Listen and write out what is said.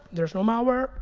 there's no malware,